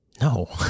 No